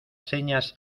señas